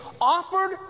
offered